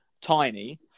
tiny